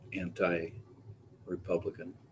anti-Republican